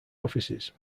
offices